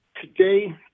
today